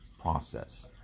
process